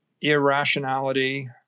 irrationality